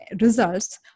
results